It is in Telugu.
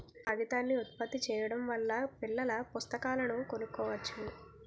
కాగితాన్ని ఉత్పత్తి చేయడం వల్ల పిల్లల పుస్తకాలను కొనుక్కోవచ్చు